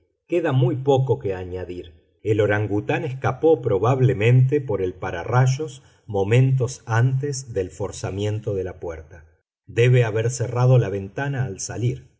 queda muy poco que añadir el orangután escapó probablemente por el pararrayos momentos antes del forzamiento de la puerta debe haber cerrado la ventana al salir